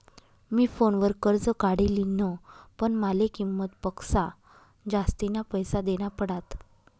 मी फोनवर कर्ज काढी लिन्ह, पण माले किंमत पक्सा जास्तीना पैसा देना पडात